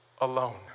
alone